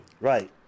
Right